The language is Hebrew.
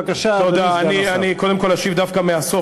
בבקשה, אדוני סגן השר.